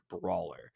brawler